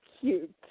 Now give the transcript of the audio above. cute